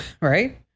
right